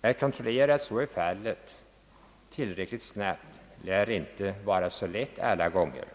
Att tillräckligt snabbt kontrollera uppgiftens riktighet lär inte alla gånger vara så lätt.